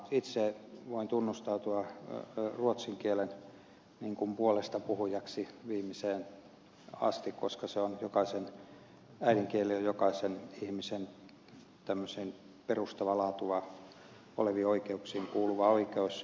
itse voin tunnustautua ruotsin kielen puolestapuhujaksi viimeiseen asti koska äidinkieli on jokaisen ihmisen perustavaa laatua oleviin oikeuksiin kuuluva oikeus